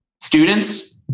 students